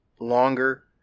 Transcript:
longer